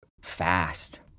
fast